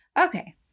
Okay